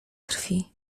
krwi